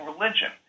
religion